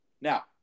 Now